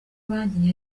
banke